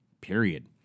period